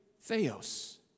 Theos